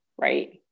Right